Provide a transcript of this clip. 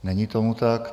Není tomu tak.